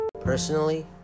Personally